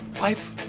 life